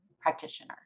practitioner